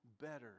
better